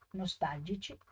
nostalgici